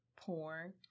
porn